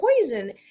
poison